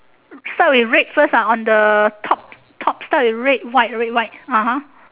start with red first ah on the top top start with red white red white (uh huh)